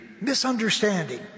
misunderstanding